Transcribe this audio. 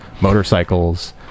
motorcycles